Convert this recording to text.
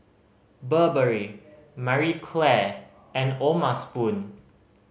Burberry Marie Claire and O'ma Spoon